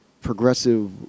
progressive